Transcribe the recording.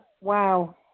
Wow